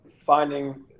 finding